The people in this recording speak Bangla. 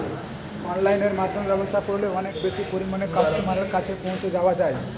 অনলাইনের মাধ্যমে ব্যবসা করলে অনেক বেশি পরিমাণে কাস্টমারের কাছে পৌঁছে যাওয়া যায়?